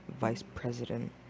vice-president